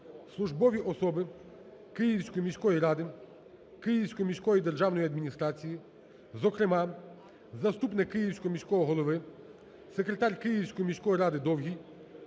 службові особи Київської міської ради, Київської міської державної адміністрації, зокрема, заступник Київського міського голови, секретар Київської міської ради Довгий